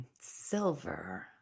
Silver